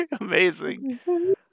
amazing